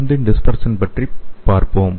மருந்தின் டிஸ்பெர்சன் பற்றி பார்ப்போம்